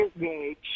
gauge